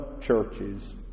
churches